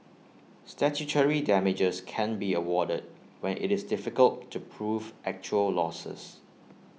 statutory damages can be awarded when IT is difficult to prove actual losses